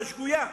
בצורה שגויה.